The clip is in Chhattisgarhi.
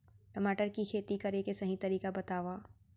टमाटर की खेती करे के सही तरीका बतावा?